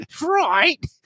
Right